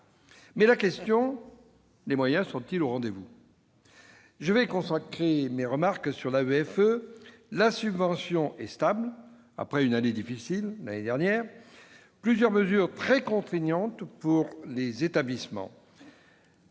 Mais les moyens sont-ils au rendez-vous ? Je concentrerai mes remarques sur l'AEFE. La subvention est stable, après une année difficile. Plusieurs mesures très contraignantes pour les établissements